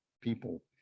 people